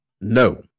no